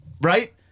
right